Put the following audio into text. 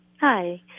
Hi